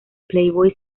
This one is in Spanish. playboy